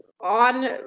on